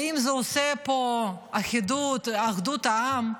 האם זה עושה פה אחדות של העם?